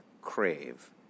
crave